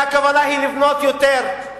והכוונה היא לבנות יותר,